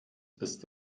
ist